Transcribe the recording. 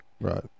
right